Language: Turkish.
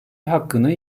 hakkını